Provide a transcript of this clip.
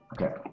Okay